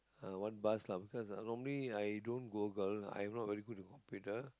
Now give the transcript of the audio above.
uh what bus lah because normally i don't Google I not very good with computer